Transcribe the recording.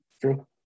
True